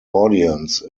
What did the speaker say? audience